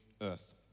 earth